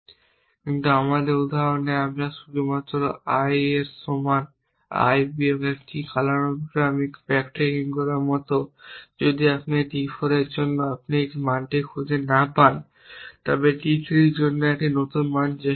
কিন্তু আমাদের উদাহরণে আমরা শুধু i এর সমান i বিয়োগ 1 যা কালানুক্রমিক ব্যাকট্র্যাকিং করার মতো যদি আপনি d 4 এর জন্য একটি মান খুঁজে না পান তবে d 3 এর জন্য একটি নতুন মান চেষ্টা করুন